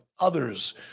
others